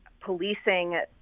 policing